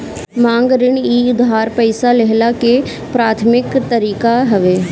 मांग ऋण इ उधार पईसा लेहला के प्राथमिक तरीका हवे